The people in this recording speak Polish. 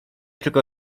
tylko